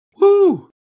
Woo